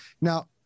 now